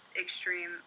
extreme